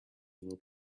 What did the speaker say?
will